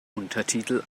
untertitel